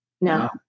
no